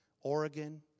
Oregon